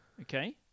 Okay